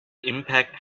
impact